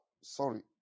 sorry